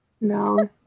No